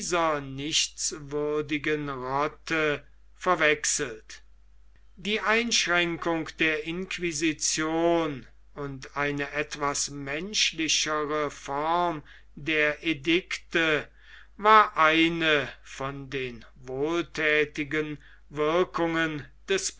dieser nichtswürdigen rotte verwechselt die einschränkung der inquisition und eine etwas menschlichere form der edikte war eine von den wohlthätigen wirkungen des